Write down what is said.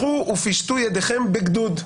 לכו ופשטו ידיכם בגדוד.